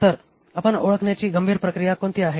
तर आपण ओळखण्याची गंभीर प्रक्रिया कोणती आहे